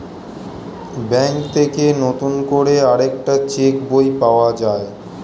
bank থেকে নতুন করে আরেকটা চেক বই পাওয়া যায়